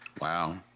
Wow